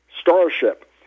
Starship